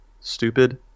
stupid